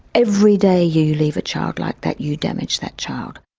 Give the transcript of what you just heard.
every day you leave a child like that, you damage that child.